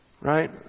right